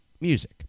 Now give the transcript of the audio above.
music